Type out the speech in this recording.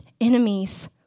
enemies